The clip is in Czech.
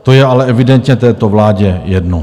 To je ale evidentně této vládě jedno.